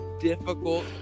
difficult